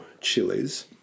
chilies